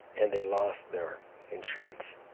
and they lost their insurance.